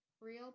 Real